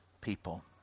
people